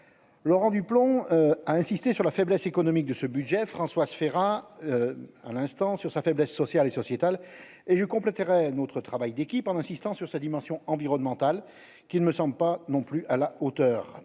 Laurent Duplomb a insisté sur la faiblesse économique de ce budget, Françoise Férat, à l'instant sur sa faiblesse social et sociétal et je compléterai notre travail d'équipe en insistant sur sa dimension environnementale qui ne me semble pas non plus à la hauteur